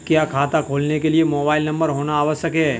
क्या खाता खोलने के लिए मोबाइल नंबर होना आवश्यक है?